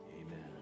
amen